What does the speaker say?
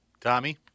Tommy